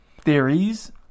Theories